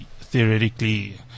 theoretically